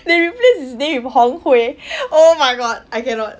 they replaced his name hong hui oh my god I cannot